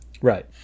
right